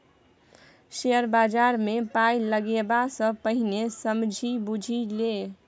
share बजारमे पाय लगेबा सँ पहिने समझि बुझि ले